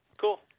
cool